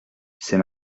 c’est